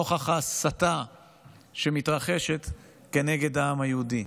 נוכח ההסתה שמתרחשת כנגד העם היהודי.